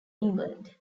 england